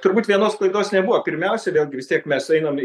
turbūt vienos klaidos nebuvo pirmiausia vėlgi vis tiek mes einam